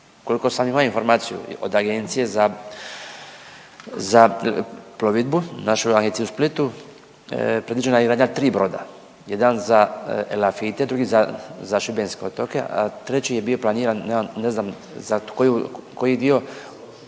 Koliko sam imao informaciju od Agencije za, za plovidbu, našu agenciju u Splitu, predviđena je izgradnja 3 broda, jedan za Elafite, drugi za, za šibenske otoke, a treći je bio planiran ne znam za koju,